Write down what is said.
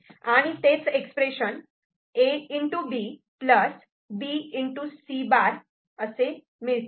आणि तेच expression A B B C' आपल्याला असे मिळते